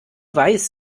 weiß